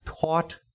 taught